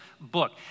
book